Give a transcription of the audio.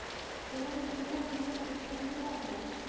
ಕೆಲವು ಜೀವ ವಿಮಾ ಪ್ರಶ್ನೆಗಳು ಯಾವುವು?